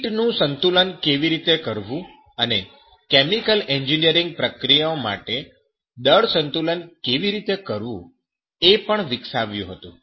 sheet નું સંતુલન કેવી રીતે કરવું અને કેમિકલ એન્જિનિયરીંગ પ્રક્રિયાઓ માટે દળ સંતુલન કેવી રીતે કરવું એ પણ વિકસાવ્યું હતું